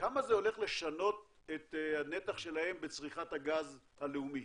כמה זה הולך לשנות את הנתח שלהם בצריכת הגז הלאומית?